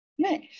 Nice